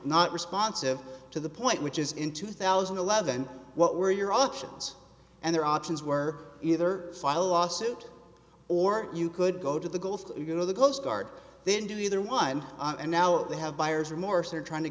not responsive to the point which is in two thousand and eleven what were your options and their options were either file a lawsuit or you could go to the gulf coast guard then do either one and now they have buyer's remorse or trying to